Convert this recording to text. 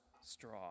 straw